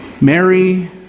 Mary